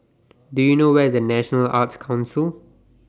Do YOU know Where IS National Arts Council